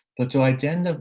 but to identify,